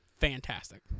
fantastic